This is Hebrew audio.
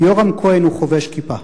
"יורם כהן הוא חובש כיפה.